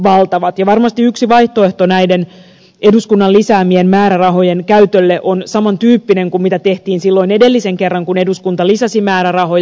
ja varmasti yksi vaihtoehto näiden eduskunnan lisäämien määrärahojen käytölle on saman tyyppinen kuin mitä tehtiin silloin edellisen kerran kun eduskunta lisäsi määrärahoja